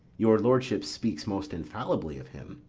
your lordship speaks most infallibly of him.